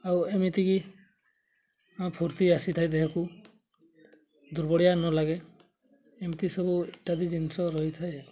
ଆଉ ଏମିତିକି ଫୁର୍ତ୍ତି ଆସିଥାଏ ଦେହକୁ ଦୁର୍ବଳ ନ ଲାଗେ ଏମିତି ସବୁ ଇତ୍ୟାଦି ଜିନିଷ ରହିଥାଏ